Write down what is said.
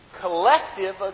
collective